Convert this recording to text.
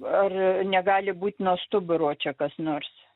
ar negali būt nuo stuburo čia kas nors